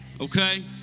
Okay